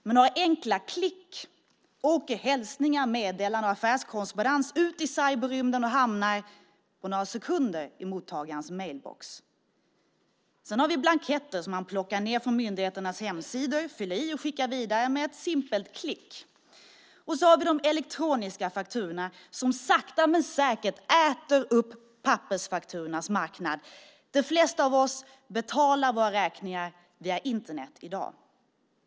Med några enkla klick åker hälsningar, meddelanden och affärskorrespondens ut i cyberrymden och hamnar på några sekunder i mottagarens mejlbox. Sedan är det blanketter som vi plockar ned från myndigheternas hemsidor, fyller i och skickar vidare med ett simpelt klick. Därtill har vi de elektroniska fakturorna som sakta men säkert äter upp pappersfakturornas marknad. De flesta av oss betalar våra räkningar via Internet i dag.